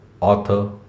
author